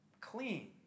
clean